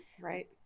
Right